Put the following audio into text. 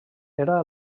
era